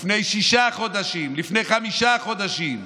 לפני שישה חודשים, לפני חמישה חודשים.